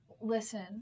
Listen